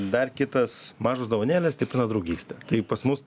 dar kitas mažos dovanėlės stiprina draugystę tai pas mus